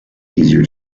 easier